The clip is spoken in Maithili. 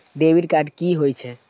डेबिट कार्ड कि होई छै?